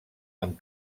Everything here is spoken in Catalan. amb